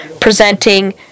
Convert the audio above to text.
presenting